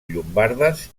llombardes